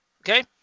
Okay